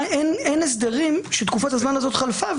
אין הסדרים שתקופת הזמן הזאת חלפה,